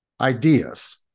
ideas